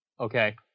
Okay